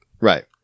Right